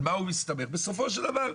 על מה הוא מסתמך בסופו של דבר?